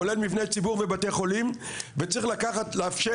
כולל מבני ציבור ובתי חולים וצריך לאפשר